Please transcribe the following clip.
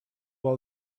all